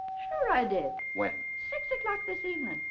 sure i did. when? six o'clock this evening.